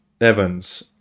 Evans